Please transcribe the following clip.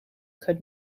could